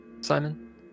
Simon